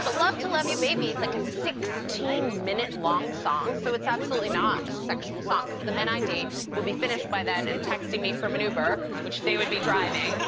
but love to love you, baby is like a sixteen minute long song, so it's absolutely not a sexual song, because the men i date would be finished by then and texting me from an uber, which they would be driving.